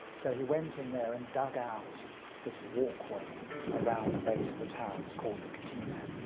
so he went in there and dug out this walkway around the base of the tower that's called the catino.